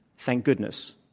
thank goodness,